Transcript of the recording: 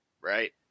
right